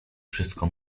wszystko